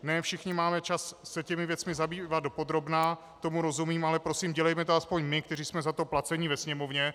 Ne všichni máme čas se těmi věcmi zabývat dopodrobna, tomu rozumím, ale dělejme to aspoň my, kteří jsme za to placeni ve Sněmovně.